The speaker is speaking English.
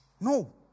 No